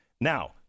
Now